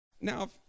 Now